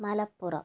Malappuram